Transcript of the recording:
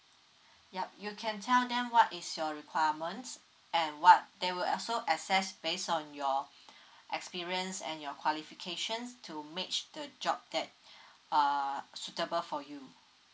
yup you can tell them what is your requirements and what they will also access based on your experience and your qualifications to match the job that uh suitable for you